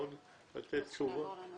הוא חל עד גיל 120, אין כאן מגבלה.